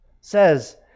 says